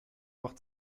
nur